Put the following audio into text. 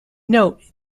note